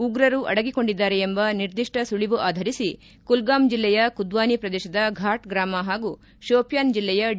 ಉಗ್ರರು ಅಡಗಿಕೊಂಡಿದ್ದಾರೆ ಎಂಬ ನಿರ್ದಿಷ್ಟ ಸುಳವು ಆಧರಿಸಿ ಕುಲ್ಗಾಮ್ ಜಿಲ್ಲೆಯ ಕುದ್ವಾನಿ ಪ್ರದೇಶದ ಘಾಟ್ ಗ್ರಾಮ ಹಾಗೂ ಶೋಪಿಯಾನ್ ಜಿಲ್ಲೆಯ ಡಿ